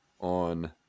on